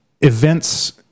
events